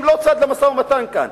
הם לא צד למשא-ומתן כאן.